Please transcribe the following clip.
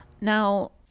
Now